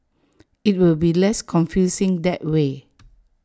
IT will be less confusing that way